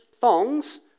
thongs